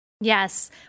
Yes